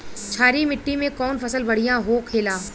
क्षारीय मिट्टी में कौन फसल बढ़ियां हो खेला?